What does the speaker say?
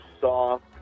soft